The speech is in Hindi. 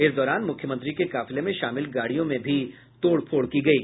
इस दौरान मुख्यमंत्री के काफिले में शामिल गाड़ियों में भी तोड़फोड़ की गयी